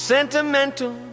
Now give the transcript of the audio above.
Sentimental